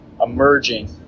emerging